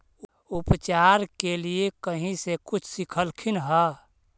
उपचार के लीये कहीं से कुछ सिखलखिन हा?